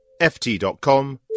ft.com